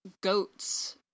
goats